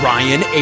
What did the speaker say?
Ryan